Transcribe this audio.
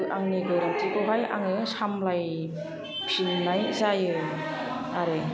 आंनि गोरोन्थिखौहाय आङो सामलाय फिननाय जायो आरो